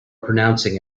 pronouncing